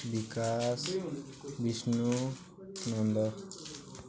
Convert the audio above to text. Bikash Bishnu Nanda